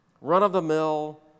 Run-of-the-mill